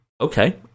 Okay